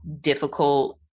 difficult